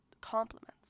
compliments